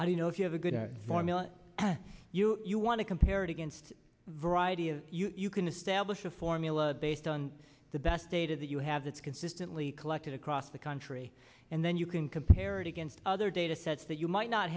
how do you know if you have a good formula you you want to compare it against variety of you can establish a formula based on the best data that you have that's consistently collected across the country and then you can compare it against other data sets that you might not